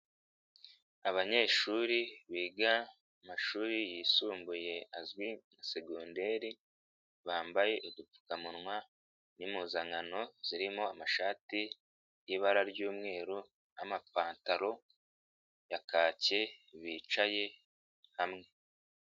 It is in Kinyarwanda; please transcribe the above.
Abanyeshuri biga mu mashuri yisumbuye azwi nka segonderi, bambaye udupfukamunwa n'impuzankano zirimo amashati y'ibara ry'umweru n'amapantaro ya kake bicaye hamwe.